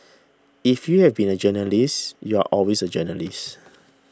if you have been a journalist you're always a journalist